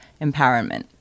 empowerment